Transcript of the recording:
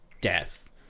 death